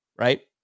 right